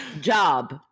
Job